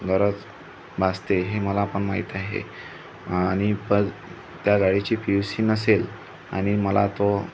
गरज नसते हे मला पण माहीत आहे आणि परत त्या गाडीची पी यु सी नसेल आणि मला तो